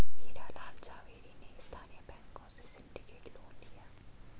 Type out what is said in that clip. हीरा लाल झावेरी ने स्थानीय बैंकों से सिंडिकेट लोन लिया